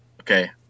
Okay